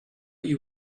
you